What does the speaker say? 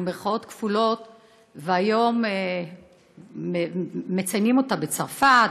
והיום מציינים אותו בצרפת.